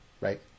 Right